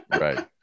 Right